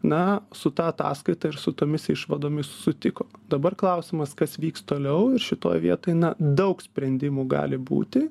na su ta ataskaita ir su tomis išvadomis sutiko dabar klausimas kas vyks toliau ir šitoj vietoj na daug sprendimų gali būti